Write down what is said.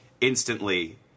instantly